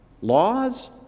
Laws